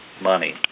money